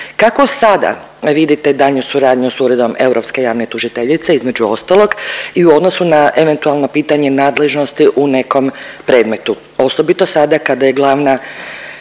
Kako sada vidite daljnju suradnju s Uredom europske javne tužiteljice između ostalog i u odnosu na eventualno pitanje nadležnosti u nekom predmetu,